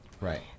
Right